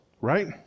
Right